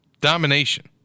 Domination